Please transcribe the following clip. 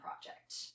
project